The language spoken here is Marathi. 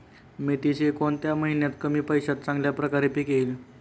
मेथीचे कोणत्या महिन्यात कमी पैशात चांगल्या प्रकारे पीक येईल?